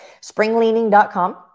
springleaning.com